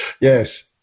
Yes